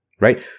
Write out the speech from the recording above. right